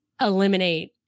eliminate